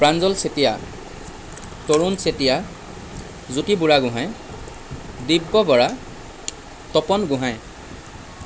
Pranjal Chetia Tarun Chetia Jyoti Burhagohain Dibya Bora Tapan Gohain